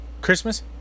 Christmas